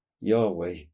Yahweh